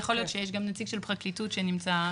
יכול להיות שגם נציג הפרקליטות נמצא ב-זום.